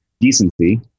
decency